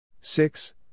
Six